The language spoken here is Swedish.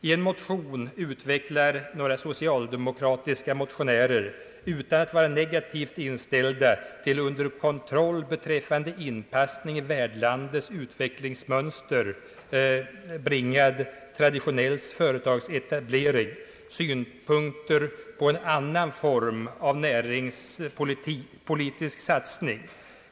I en motion utvecklar några socialdemokrater — utan att vara negativt inställda till en med avseende på inpassningen i värdlandets utvecklingsmönster kontrollerad traditionell företagsetablering — synpunkter på en annan form av näringspolitisk satsning.